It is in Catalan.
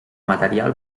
material